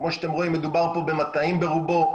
כמו שאתם רואים, מדובר פה במטעים ברובו.